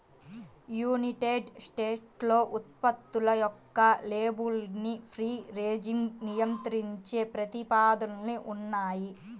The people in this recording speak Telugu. యునైటెడ్ స్టేట్స్లో ఉత్పత్తుల యొక్క లేబులింగ్ను ఫ్రీ రేంజ్గా నియంత్రించే ప్రతిపాదనలు ఉన్నాయి